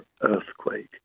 earthquake